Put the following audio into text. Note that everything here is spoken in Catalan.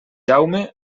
jaume